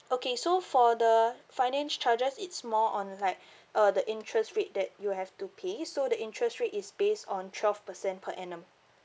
okay so for the finance charges it's more on like uh the interest rate that you have to pay so the interest rate is based on twelve percent per annum